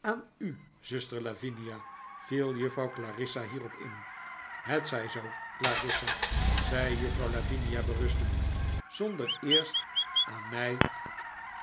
aan u zuster lavinia viel juffrouw clarissa hierop in het zij zoo clarissa zei juffrouw lavinia berustend zonder eerst aan mij